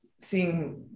seeing